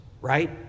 right